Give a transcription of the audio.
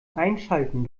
einschalten